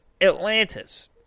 Atlantis